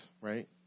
right